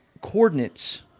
coordinates